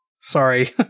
Sorry